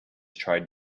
tried